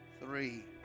three